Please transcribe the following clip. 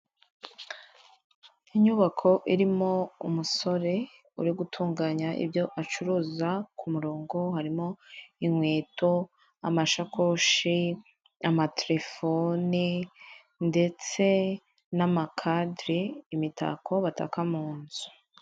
Inyubako irimo umusore uri gutunganya ibyo acuruza, ku murongo harimo inkweto, amashakoshi, amatelefoni ndetse n'amakadere, imitako bataka mu nzu.